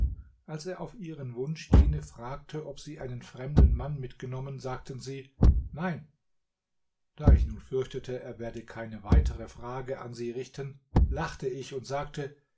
als er auf ihren wunsch jene fragte ob sie einen fremden mann mitgenommen sagten sie nein da ich nun fürchtete er werde keine weitere frage an sie richten lachte ich und sagte